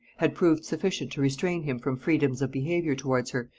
had proved sufficient to restrain him from freedoms of behaviour towards her,